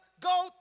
go